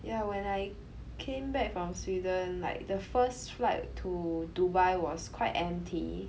ya when I came back from Sweden like the first flight to Dubai was quite empty